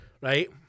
right